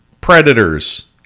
predators